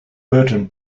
burton